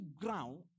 ground